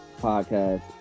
podcast